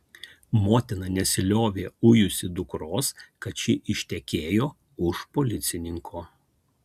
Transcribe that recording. motina nesiliovė ujusi dukros kad ši ištekėjo už policininko